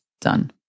done